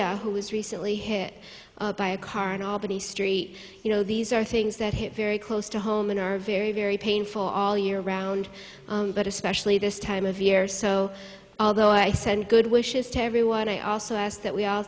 ones who was recently hit by a car in albany st you know these are things that hit very close to home and are very very painful all year round but especially this time of year so although i send good wishes to everyone i also asked that